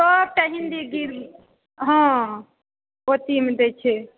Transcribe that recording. सभटा हिन्दी गीत हँ अथीमे दैत छै